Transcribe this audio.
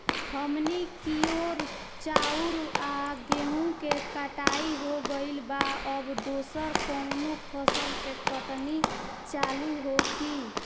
हमनी कियोर चाउर आ गेहूँ के कटाई हो गइल बा अब दोसर कउनो फसल के कटनी चालू होखि